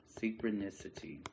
Synchronicity